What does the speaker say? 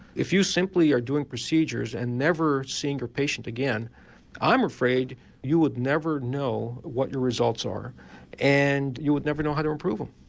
if you simply are doing procedures and never seeing a patient again i'm afraid you would never know what your results are and you would never know how to improve them.